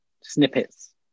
snippets